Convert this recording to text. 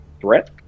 threat